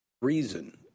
Reason